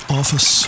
office